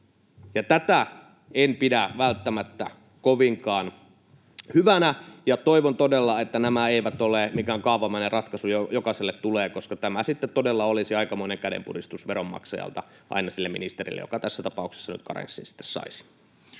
Tätä en pidä välttämättä kovinkaan hyvänä, ja toivon todella, että nämä eivät ole mikään kaavamainen ratkaisu, joka jokaiselle tulee, koska tämä sitten todella olisi aikamoinen kädenpuristus veronmaksajalta aina sille ministerille, joka tässä tapauksessa karenssin sitten